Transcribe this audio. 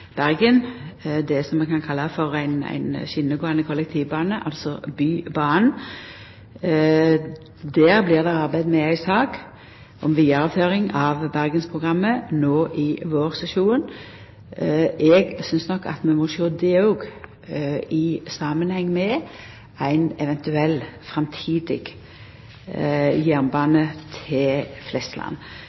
Bergen, det som ein kan kalla ein skjenegåande kollektivbane, altså bybanen. Der blir det no i vårsesjonen arbeidd med ei sak om vidareføring av Bergensprogrammet. Eg synest at vi må sjå det òg i samanheng med ein eventuell framtidig jernbane til Flesland.